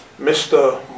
Mr